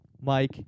Mike